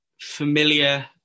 familiar